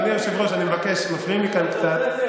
אדוני היושב-ראש, אני מבקש, מפריעים לי כאן קצת.